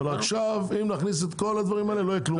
אבל אם נכניס את כל הדברים האלה לא יהיה כלום.